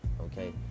Okay